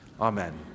Amen